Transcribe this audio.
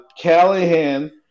Callahan